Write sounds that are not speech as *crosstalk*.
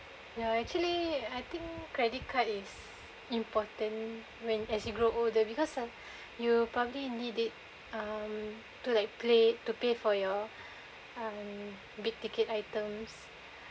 ya actually I think credit card is important when as you grow older because you som~ *breath* you probably need it (um)to like play to pay for your *breath* um big ticket items